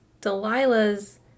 Delilah's